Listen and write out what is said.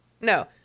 No